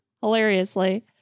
hilariously